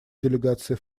делегации